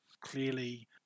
Clearly